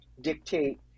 dictate